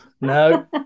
no